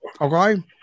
Okay